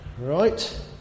Right